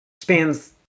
spans